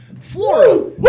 flora